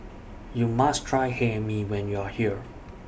YOU must Try Hae Mee when YOU Are here